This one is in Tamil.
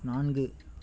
நான்கு